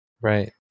Right